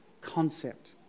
concept